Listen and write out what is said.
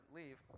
leave